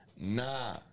Nah